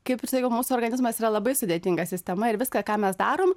kaip ir sakiau mūsų organizmas yra labai sudėtinga sistema ir viską ką mes darom